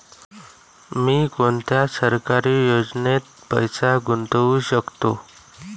मी कोनच्या सरकारी योजनेत पैसा गुतवू शकतो?